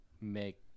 make